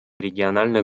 региональных